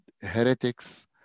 heretics